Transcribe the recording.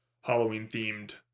Halloween-themed